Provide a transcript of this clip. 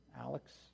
Alex